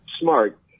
smart